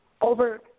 over